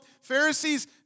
Pharisees